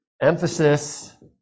Emphasis